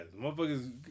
Motherfuckers